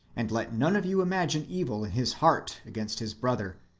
and let none of you imagine evil in his heart against his brother,